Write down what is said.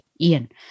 Ian